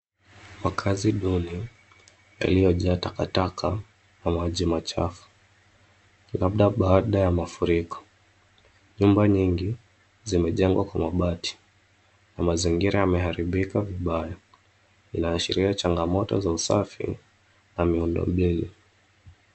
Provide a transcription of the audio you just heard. Makazi duni yaliyojaa takataka na maji machafu, labda baada ya mafuriko. Nyumba nyingi zimejengwa kwa mabati na mazingira yameharibika vibaya. Inaashiria changamoto za usafi na miundombinu.